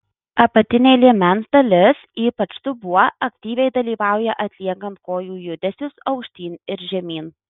apatinė liemens dalis ypač dubuo aktyviai dalyvauja atliekant kojų judesius aukštyn ir žemyn